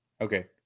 Okay